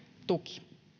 tuki